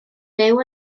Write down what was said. byw